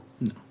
No